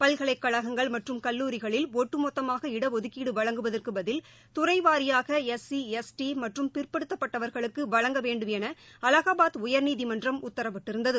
பல்கலைக்கழகங்கள் மற்றும் கல்லூரிகளில் ஒட்டுமொத்தமாக இடஒதுக்கீடு வழங்குவதற்கு பதில் துறை வாரியாக எஸ் சி எஸ் டி மற்றும் பிற்படுத்தப்பட்டவர்களுக்கு வழங்க வேண்டும் என அலகாபாத் உயர்நீதிமன்றம் உத்தரவிட்டிருந்தது